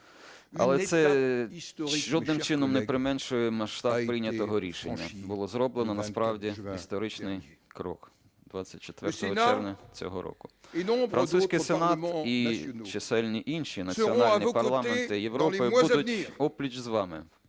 Але це жодним чином не применшує масштаб прийнятого рішення. Було зроблено насправді історичний крок 24 червня цього року. Французький Сенат і чисельні інші національні парламенти Європи будуть опліч з вами